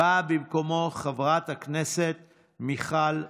באה חברת הכנסת מיכל שיר.